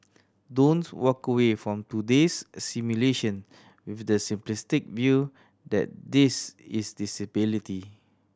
don't walk away from today's simulation with the simplistic view that this is disability